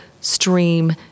stream